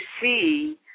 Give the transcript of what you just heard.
see